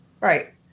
right